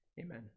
Amen